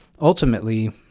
ultimately